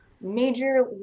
major